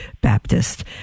Baptist